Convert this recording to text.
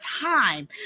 time